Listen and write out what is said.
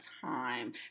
time